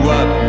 up